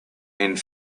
and